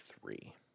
three